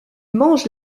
mange